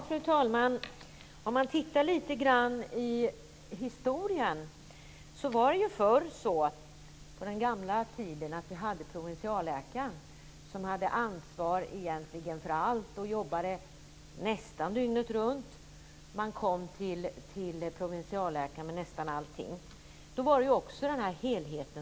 Fru talman! Förr, på den gamla tiden, hade provinsialläkaren ansvar för allt och jobbade nästan dygnet runt. Man kom till provinsialläkaren med nästan allting. Då fanns det en helhet.